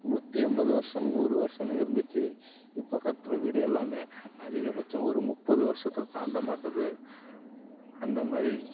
நூற்றி ஐம்பது வருஷோம் நூறு வருஷோனு இருந்துச்சு இப்போ கட்டுற வீடு எல்லாமே அதிகபட்சம் ஒரு முப்பது வருஷத்த தாண்ட மாட்டுது அந்த மாதிரி